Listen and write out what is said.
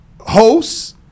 hosts